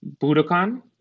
Budokan